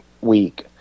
week